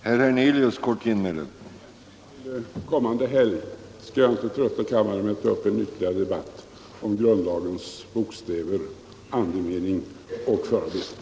Herr talman! Med hänsyn till kommande helg skall jag inte trötta kammaren med att ta upp en ytterligare debatt om grundlagens bokstäver, andemening och förarbeten.